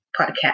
podcast